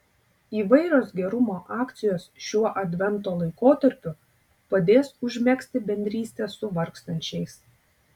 įvairios gerumo akcijos šiuo advento laikotarpiu padės užmegzti bendrystę su vargstančiais